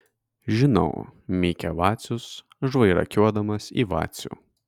žinau mykia vacius žvairakiuodamas į vacių